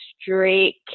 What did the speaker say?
straight